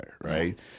right